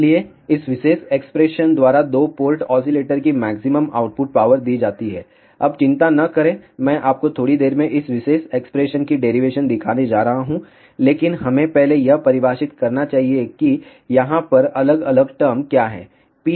इसलिए इस विशेष एक्सप्रेशन द्वारा दो पोर्ट ऑसीलेटर की मैक्सिमम आउटपुट पावर दी जाती है अब चिंता न करें मैं आपको थोड़ी देर में इस विशेष एक्सप्रेशन की डेरिवेशन दिखाने जा रहा हूं लेकिन हमें पहले यह परिभाषित करना चाहिए कि यहाँ पर अलग अलग टर्म क्या हैं